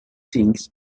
things